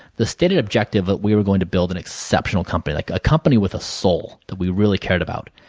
the stated objective that we were going to build an exceptional company. like a company with a sole that we really cared about.